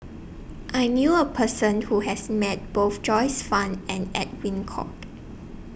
I knew A Person Who has Met Both Joyce fan and Edwin Koek